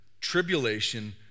tribulation